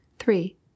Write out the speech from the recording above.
Three